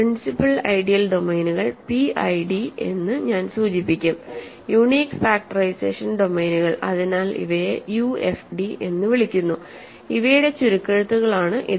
principal ideal ഡൊമെയ്നുകൾ PID എന്ന് ഞാൻ സൂചിപ്പിക്കും യുണീക് ഫാക്ടറൈസേഷൻ ഡൊമെയ്നുകൾ അതിനാൽ ഇവയെ യുഎഫ്ഡി എന്ന് വിളിക്കുന്നു ഇവയുടെ ചുരുക്കെഴുത്തുകളാണ് ഇത്